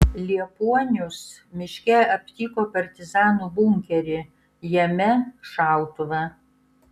liepuonius miške aptiko partizanų bunkerį jame šautuvą